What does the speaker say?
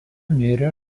mirė